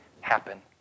happen